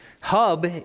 hub